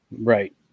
Right